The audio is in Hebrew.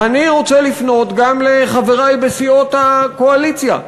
ואני רוצה לפנות גם לחברי בסיעות הקואליציה.